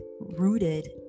rooted